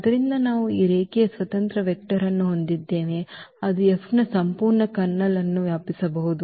ಆದ್ದರಿಂದ ನಾವು ಈ ರೇಖೀಯ ಸ್ವತಂತ್ರ ವೆಕ್ಟರ್ ಅನ್ನು ಹೊಂದಿದ್ದೇವೆ ಅದು F ನ ಸಂಪೂರ್ಣ ಕರ್ನಲ್ ಅನ್ನು ವ್ಯಾಪಿಸಬಹುದು